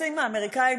הדפוסים האמריקניים,